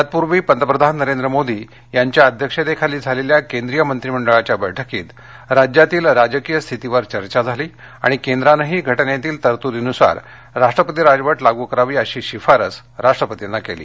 तत्पूर्वी पंतप्रधान नरेंद्र मोदी यांच्या अध्यक्षतेखाली झालेल्या केंद्रीय मंत्रीमंडळाच्या बैठकीत राज्यातील राजकीय स्थितीवर चर्चा झाली आणि केंद्रानंही घटनेतील तरतूदीनुसार राष्ट्रपती राजवट लागू करावी अशी शिफारस राष्ट्रपतींना केली